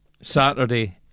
Saturday